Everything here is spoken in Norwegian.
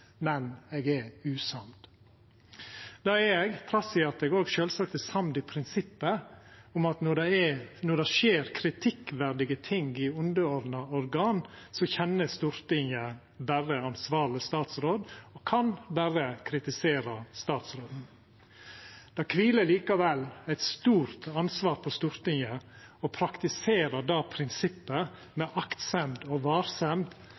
men eg er usamd. Det er eg, trass i at eg òg sjølvsagt er samd i prinsippet om at når det skjer kritikkverdige ting i underordna organ, kjenner Stortinget berre den ansvarlege statsråden og kan berre kritisera statsråden. Det kviler likevel eit stort ansvar på Stortinget for å praktisera det prinsippet med aktsemd og varsemd,